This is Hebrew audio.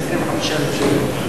25,000 שקל,